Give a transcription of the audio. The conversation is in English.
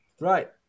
right